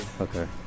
Okay